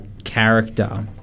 character